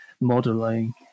modeling